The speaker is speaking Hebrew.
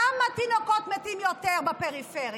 למה תינוקות מתים יותר בפריפריה?